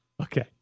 Okay